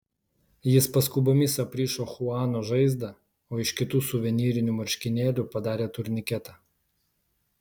jis paskubomis aprišo chuano žaizdą o iš kitų suvenyrinių marškinėlių padarė turniketą